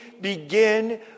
begin